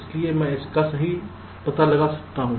इसलिए मैं इसका सही पता लगा सकता हूं